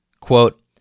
quote